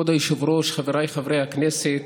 כבוד היושבת-ראש, חבריי חברי הכנסת,